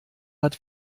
hat